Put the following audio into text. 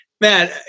man